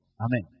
Amen